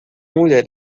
mulher